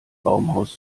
baumhaus